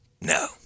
no